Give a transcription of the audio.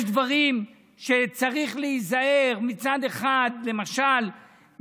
יש דברים שצריך להיזהר מהם: למשל,